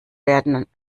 werden